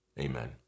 Amen